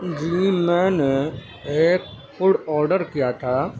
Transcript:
جی میں نے ایک فوڈ آڈر کیا تھا